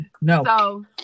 No